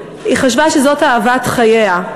היא חשבה שזאת אהבת חייה.